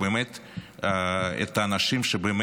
את האנשים שבאמת